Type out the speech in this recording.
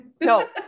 no